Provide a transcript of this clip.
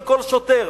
של כל שוטר,